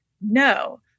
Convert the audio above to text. No